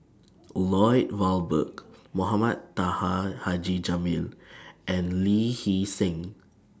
Lloyd Valberg Mohamed Taha Haji Jamil and Lee Hee Seng